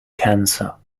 cancer